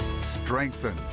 strengthen